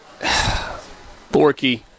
Borky